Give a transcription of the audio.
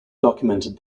documented